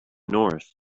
north